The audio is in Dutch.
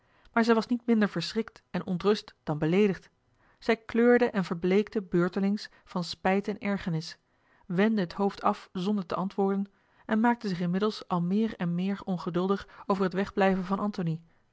maar zij was niet minder verschrikt en ontrust dan beleedigd zij kleurde en verbleekte beurtelings van spijt en ergernis wendde het hoofd af zonder te antwoorden en maakte zich inmiddels al meer en meer ongeduldig over het wegblijven van antony